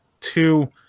two